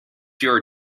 your